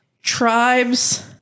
tribes